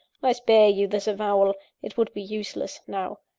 i spare you this avowal it would be useless now.